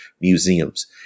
museums